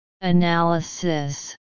Analysis